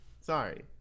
Sorry